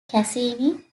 cassini